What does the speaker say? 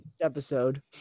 episode